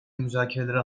müzakerelere